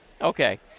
Okay